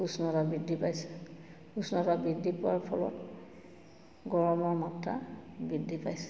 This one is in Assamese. উষ্ণতা বৃদ্ধি পাইছে উষ্ণতা বৃদ্ধি পোৱাৰ ফলত গৰমৰ মাত্ৰা বৃদ্ধি পাইছে